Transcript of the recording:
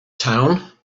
town